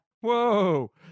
Whoa